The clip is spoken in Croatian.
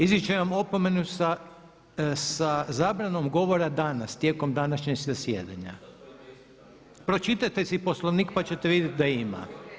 Izričem vam opomenu sa zabranom govora danas tijekom današnjeg zasjedanja. … [[Upadica sa strane, ne razumije se.]] Pročitajte si Poslovnik, pa ćete vidjeti da ima.